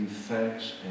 thanks